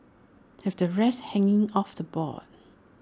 have the rest hanging off the board